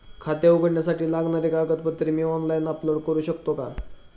खाते उघडण्यासाठी लागणारी कागदपत्रे मी ऑनलाइन अपलोड करू शकतो का?